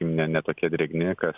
ne ne tokia drėgmė kas